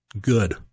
good